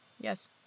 yes